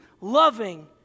loving